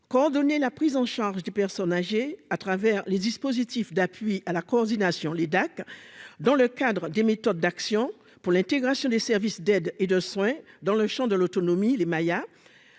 coordonner la prise en charge des personnes âgées à travers les dispositifs d'appui à la coordination (DAC) dans le cadre des méthodes d'action pour l'intégration des services d'aide et de soins dans le champ de l'autonomie (Maia)